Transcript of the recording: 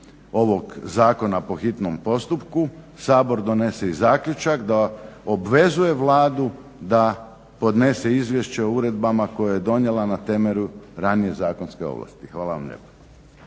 ovog zakona po hitnom postupku Sabor donese i zaključak da obvezuje Vladu da podnese izvješće o uredbama koje je donijela na temelju ranije zakonske ovlasti. Hvala vam lijepa.